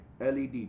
LED